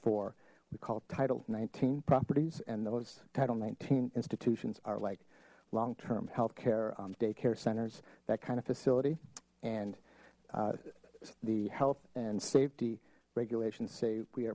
for we call title nineteen properties and those title nineteen institutions are like long term health care day care centers that kind of facility and the health and safety regulations say we